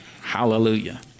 Hallelujah